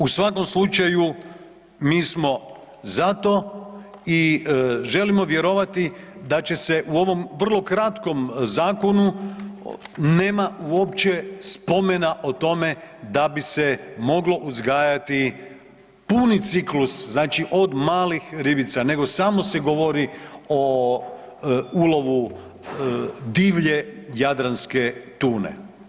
U svakom slučaju mi smo za to i želimo vjerovati da će se u ovom vrlo kratkom zakonu nema uopće spomena o tome da bi se moglo uzgajati puni ciklus od malih ribica nego se samo govori o ulovu divlje jadranske tune.